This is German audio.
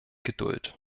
geduld